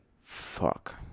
fuck